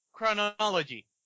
chronology